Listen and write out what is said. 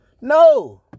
No